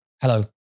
hello